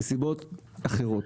מסיבות אחרות.